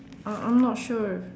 uh I'm not sure